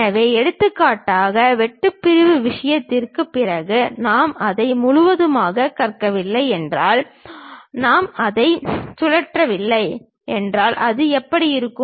எனவே எடுத்துக்காட்டாக வெட்டுப் பிரிவு விஷயத்திற்குப் பிறகு நாம் இதை முழுவதுமாக சுற்றவில்லை என்றால் நாம் அதை சுழற்றவில்லை என்றால் அது எப்படி இருக்கும்